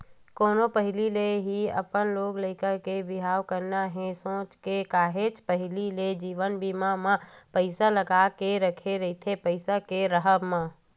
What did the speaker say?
कोनो पहिली ले ही अपन लोग लइका के बिहाव करना हे सोच के काहेच पहिली ले जीवन बीमा म पइसा लगा के रखे रहिथे पइसा के राहब म